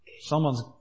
Someone's